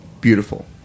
beautiful